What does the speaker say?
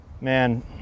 Man